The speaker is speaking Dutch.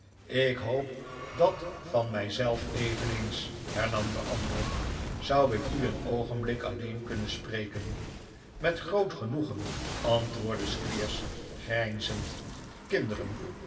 ik hoop dat van mij zelf eveneens hernam de ander zou ik u een oogenblik alleen kunnen spreken met groot genoegen antwoordde squeers grijnzend kinderen